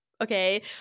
okay